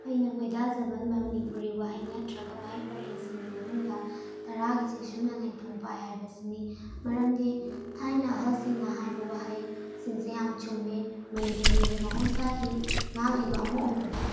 ꯑꯩꯅ ꯈꯣꯏꯗꯥꯖꯕ ꯃꯅꯤꯄꯨꯔꯤ ꯋꯥꯍꯩ ꯅꯠꯇ꯭ꯔꯒ ꯋꯥꯍꯩ ꯄꯔꯦꯡꯁꯤꯡꯒꯤ ꯃꯅꯨꯡꯗ ꯇꯔꯥꯒꯤ ꯆꯩꯁꯨꯅ ꯂꯦꯡꯊꯣꯡ ꯐꯥꯏ ꯍꯥꯏꯕꯁꯤꯅꯤ ꯃꯔꯝꯗꯤ ꯊꯥꯏꯅ ꯑꯍꯜꯁꯤꯡꯅ ꯍꯥꯏꯕ ꯋꯥꯍꯩꯁꯤꯡꯁꯦ ꯌꯥꯝ ꯆꯨꯝꯃꯦ ꯃꯅꯤꯄꯨꯔꯤꯒꯤ ꯃꯍꯧꯁꯥꯒꯤ ꯉꯥꯛꯂꯤꯕ ꯑꯃ ꯑꯣꯏꯕꯗ